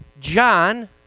John